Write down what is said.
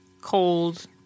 cold